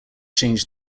change